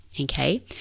okay